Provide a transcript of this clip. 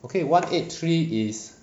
okay one eight three is